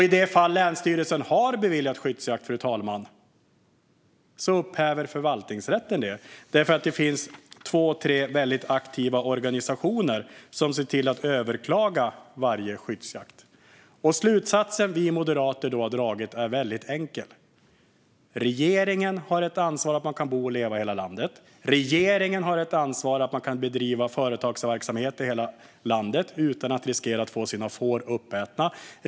I de fall länsstyrelsen har beviljat skyddsjakt upphäver förvaltningsrätten det eftersom det finns två tre mycket aktiva organisationer som ser till att överklaga varje skyddsjakt. Slutsatsen vi moderater drar är enkel: Regeringen har ett ansvar för att man kan bo och leva i hela landet. Regeringen har ett ansvar för att man ska kunna bedriva företagsverksamhet i hela landet och inte riskera att få sina får uppätna.